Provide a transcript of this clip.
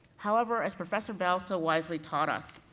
however, as professor bell so wisely taught us,